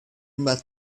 must